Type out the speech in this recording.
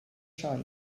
sioe